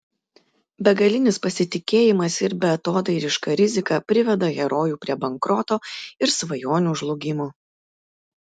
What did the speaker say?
begalinis pasitikėjimas ir beatodairiška rizika priveda herojų prie bankroto ir svajonių žlugimo